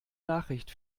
nachricht